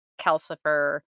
Calcifer